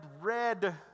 red